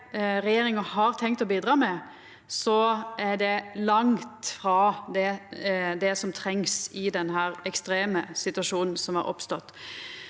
regjeringa har tenkt å bidraga med, er det langt frå det som trengst i denne ekstreme situasjonen som har oppstått.